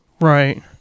right